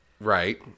Right